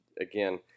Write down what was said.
again